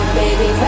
baby